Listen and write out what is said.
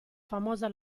famosa